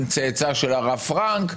צאצא של הרב פרנק,